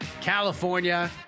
California